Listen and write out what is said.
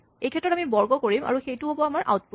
এইক্ষেত্ৰত আমি বৰ্গ কৰিম আৰু সেইটো হ'ব আমাৰ আউটপুট